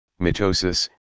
mitosis